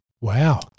Wow